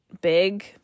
big